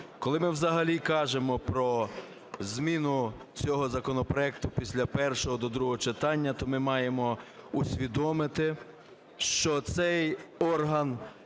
Коли ми взагалі кажемо про зміну цього законопроекту після першого до другого читання, то ми маємо усвідомити, що цей орган,